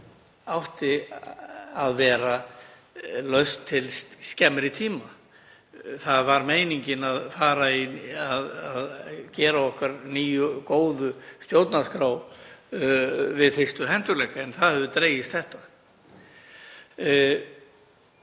átti að vera lausn til skemmri tíma. Meiningin var að fara í það að gera okkar nýju góðu stjórnarskrá við fyrsta hentugleika, en það hefur dregist þetta